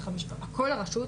לכל הרשות,